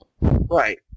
Right